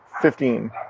fifteen